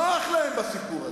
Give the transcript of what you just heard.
נוח להן בסיפור הזה.